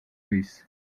beasts